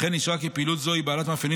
וכן אישרה כי פעילות זו היא בעלת מאפיינים